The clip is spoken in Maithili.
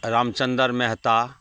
रामचन्दर मेहता